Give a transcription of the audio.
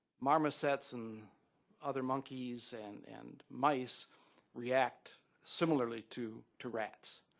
marmosets and other monkeys and and mice react similarly to to rats.